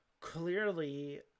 clearly